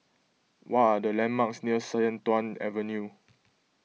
what are the landmarks near Sian Tuan Avenue